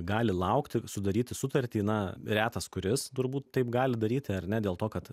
gali laukti sudaryti sutartį na retas kuris turbūt taip gali daryti ar ne dėl to kad